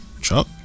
Chuck